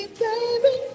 baby